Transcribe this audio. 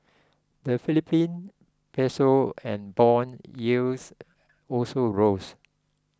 the Philippine piso and bond yields also rose